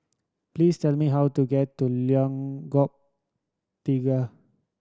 please tell me how to get to Lengkok Tiga